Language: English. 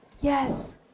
Yes